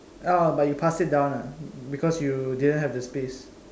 ah but you pass it down ah because you didn't have the space